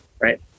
right